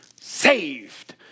saved